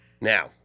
Now